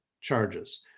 charges